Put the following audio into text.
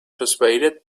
persuaded